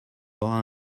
auras